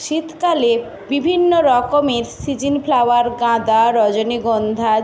শীতকালে বিভিন্ন রকমের সিজন ফ্লাওয়ার গাঁদা রজনীগন্ধা